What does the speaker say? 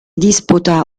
disputa